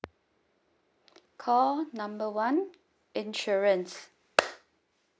call number one insurance